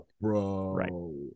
bro